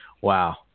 wow